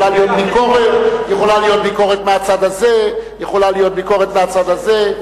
יכולה להיות ביקורת, יכולה להיות ביקורת מהצד הזה,